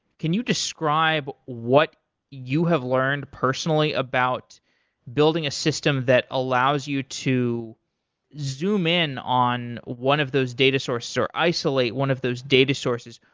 can you describe what you have learned personally about building a system that allows you to zoom in on one of those data source or isolate one of those data sources?